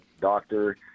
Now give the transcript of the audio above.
doctor